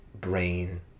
brain